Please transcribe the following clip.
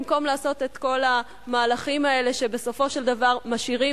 במקום לעשות את כל המהלכים האלה שבסופו של דבר משאירים